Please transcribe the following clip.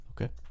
Okay